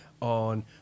on